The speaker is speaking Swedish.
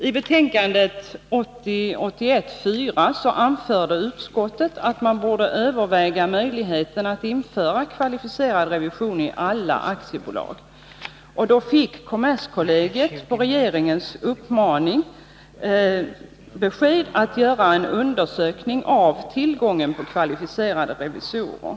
I betänkande 1980/81:4 anförde utskottet att man borde överväga möjligheten att införa kvalificerad revision i alla aktiebolag. Kommerskollegium fick då i uppdrag av regeringen att göra en undersökning av tillgången på kvalificerade revisorer.